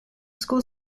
school